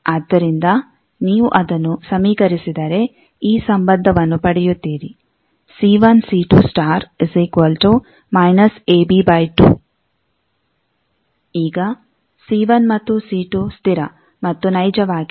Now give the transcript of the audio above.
ಆದ್ದರಿಂದ ನೀವು ಅದನ್ನು ಸಮೀಕರಿಸಿದರೆ ಈ ಸಂಬಂಧವನ್ನು ಪಡೆಯುತ್ತೀರಿ ಈಗ C1 ಮತ್ತು c2 ಸ್ಥಿರ ಮತ್ತು ನೈಜವಾಗಿವೆ